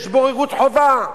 יש בוררות חובה.